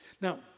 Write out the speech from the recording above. Now